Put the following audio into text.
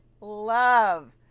Love